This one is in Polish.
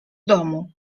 domu